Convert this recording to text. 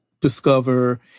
discover